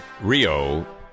Rio